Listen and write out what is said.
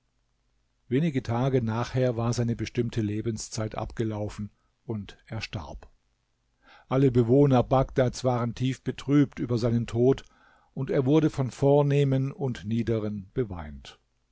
wenige tage nachher war seine bestimmte lebenszeit abgelaufen und er starb alle bewohner bagdads waren tief betrübt über seinen tod und er wurde von vornehmen und niederen beweint